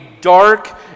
dark